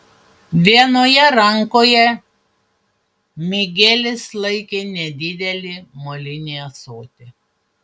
vienoje rankoje migelis laikė nedidelį molinį ąsotį